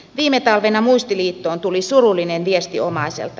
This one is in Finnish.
viime talvena muistiliittoon tuli surullinen viesti omaiselta